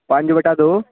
ਪੰਜ ਬਟਾ ਦੋ